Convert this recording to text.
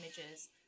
images